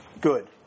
good